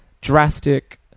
drastic